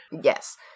Yes